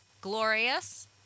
Glorious